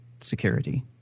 security